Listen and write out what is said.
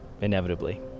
Inevitably